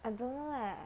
I don't know eh